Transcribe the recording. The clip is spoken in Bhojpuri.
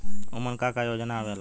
उमन का का योजना आवेला?